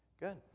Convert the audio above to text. Good